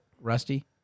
rusty